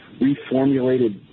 reformulated